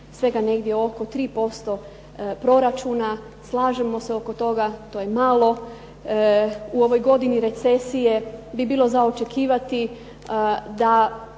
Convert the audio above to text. svega negdje oko 3% proračuna. Slažemo se oko toga, to je malo. U ovoj godini recesije bi bilo za očekivati da